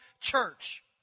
church